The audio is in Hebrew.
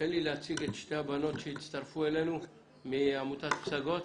תן לי להציג את שתי הבנות שהצטרפו אלינו מעמותת פסגות.